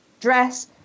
dress